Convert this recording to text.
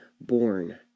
born